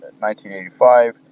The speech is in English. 1985